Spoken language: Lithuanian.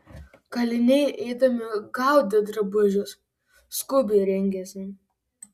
kaliniai eidami gaudė drabužius skubiai rengėsi